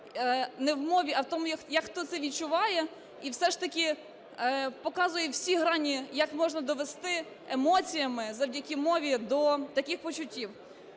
не в мові, а в тому, як хто це відчуває, і все ж таки показує всі грані, як можна довести емоціями завдяки мові до таких почуттів.